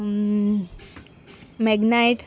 Magnite